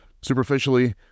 Superficially